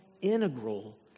integral